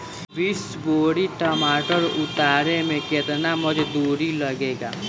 बीस बोरी टमाटर उतारे मे केतना मजदुरी लगेगा?